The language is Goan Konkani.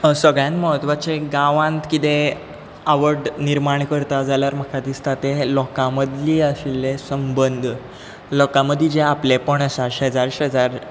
सगळ्यांत म्हत्वाचें गांवांत कितें आवड निर्माण करता जाल्यार म्हाका दिसता तें लोकां मदली आशिल्लें संबंद लोकां मदीं जें आपलेपण आसा शेजार शेजार